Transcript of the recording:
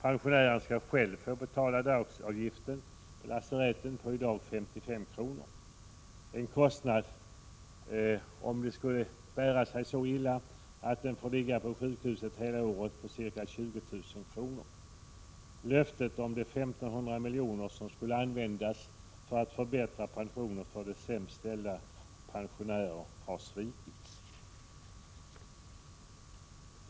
Pensionären skall själv få betala dagsavgiften på lasaretten, som i dag är 55 kr. Om det skulle bära sig så illa att man får ligga på sjukhus ett helt år blir det en kostnad på ca 20 000 kr. Löftet om de 1 500 miljonerna, som skulle användas till att förbättra pensionen för de sämst ställda pensionärerna, har svikits.